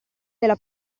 della